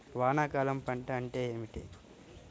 వానాకాలం పంట అంటే ఏమిటి?